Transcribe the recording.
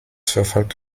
verfolgt